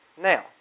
Now